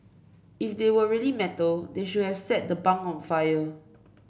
if they were really metal they should have set the bunk on fire